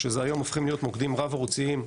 שזה היום הופכים להיות מוקדים רב ערוציים,